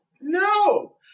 No